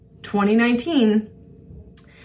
2019